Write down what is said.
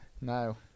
no